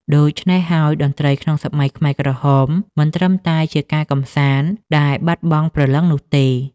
ដូច្នេះហើយ តន្ត្រីក្នុងសម័យខ្មែរក្រហមមិនត្រឹមតែជាការកម្សាន្តដែលបាត់បង់ព្រលឹងនោះទេ។